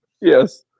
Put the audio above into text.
yes